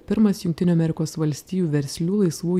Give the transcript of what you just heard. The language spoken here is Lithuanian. pirmas jungtinių amerikos valstijų verslių laisvų